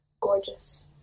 gorgeous